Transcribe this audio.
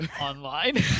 online